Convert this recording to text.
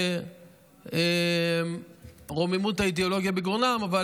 כאלה שרוממות האידיאולוגיה בגרונם אבל